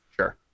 Sure